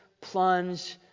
plunge